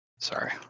Sorry